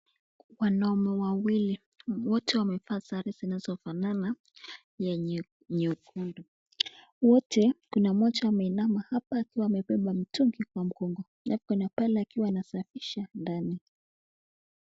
Wanaume wawili, wote wamevaa sare zinazofanana yenye nyekundu, wote kuna mmoja ameinama hapa akiwa amebeba mtungi kwa mgongo, halafu kuna pale akiwa anasafisha ndani.